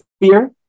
fear